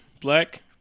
black